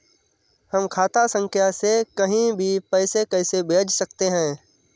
हम खाता संख्या से कहीं भी पैसे कैसे भेज सकते हैं?